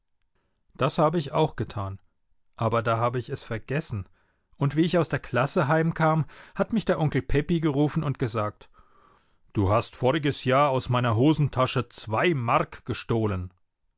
das habe ich auch getan aber da habe ich es vergessen und wie ich aus der klasse heimkam hat mich der onkel pepi gerufen und gesagt du hast voriges jahr aus meiner hosentasche zwei mark gestohlen